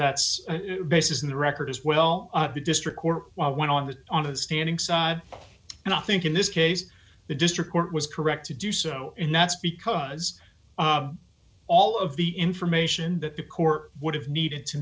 the record as well at the district court while one on the on the standing side and i think in this case the district court was correct to do so and that's because all of the information that the court would have needed to